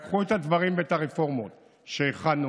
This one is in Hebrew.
לקחו את הדברים ואת הרפורמות שהכנו,